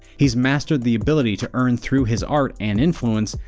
he's mastered the ability to earn through his art and influence,